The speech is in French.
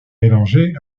mélangés